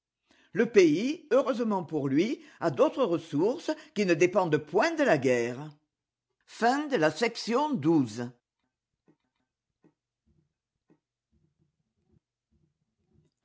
le pays heureusement pour lui a d'autres ressources qui ne dépendent point de la guerre